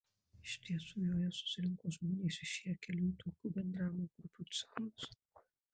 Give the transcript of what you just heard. iš tiesų joje susirinko žmonės išėję kelių tokių bendravimo grupių ciklus